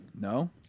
No